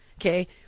Okay